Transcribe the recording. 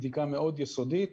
בדיקה יסודית מאוד,